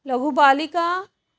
लघुबालिका